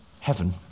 heaven